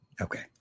Okay